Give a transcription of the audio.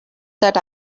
that